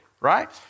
right